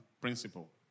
principle